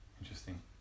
Interesting